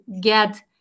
get